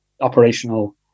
operational